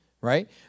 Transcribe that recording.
right